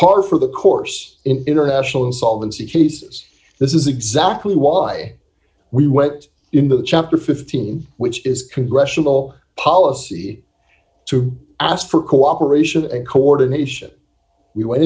par for the course in international insolvency cases this is exactly why we went into the chapter fifteen which is congressional policy to ask for cooperation and coordination we went